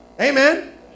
Amen